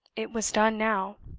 it was done now.